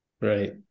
Right